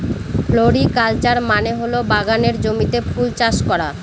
floriculture মানে হল বাগানের জমিতে ফুল চাষ করা